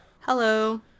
Hello